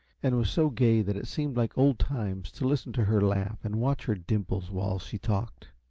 and was so gay that it seemed like old times to listen to her laugh and watch her dimples while she talked.